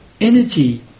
energy